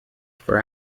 for